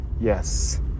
Yes